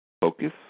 Focus